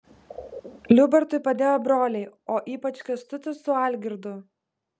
liubartui padėjo broliai o ypač kęstutis su algirdu